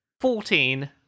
Fourteen